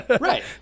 Right